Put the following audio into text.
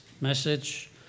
message